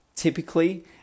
Typically